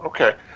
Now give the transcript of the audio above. Okay